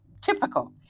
typical